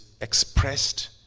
expressed